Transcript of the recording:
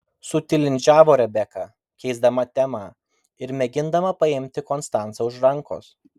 sutilindžiavo rebeka keisdama temą ir mėgindama paimti konstancą už rankos